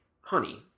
honey